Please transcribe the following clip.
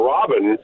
Robin